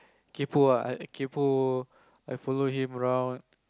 kaypoh ah kaypoh I follow him around